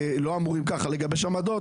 אמורים לגבש עמדות,